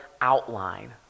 outline